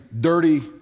dirty